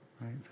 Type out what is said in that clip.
right